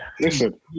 listen